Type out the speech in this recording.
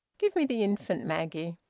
give me the infant, maggie.